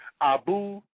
Abu